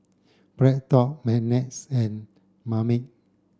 BreadTalk and Marmite